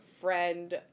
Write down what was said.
friend